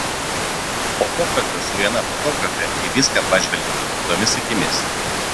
po pokalbio su viena fotografe į viską pažvelgiau kitomis akimis